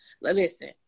listen